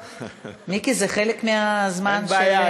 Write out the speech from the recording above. מיקי, זה חלק מהזמן של מיקי.